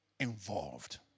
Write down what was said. involved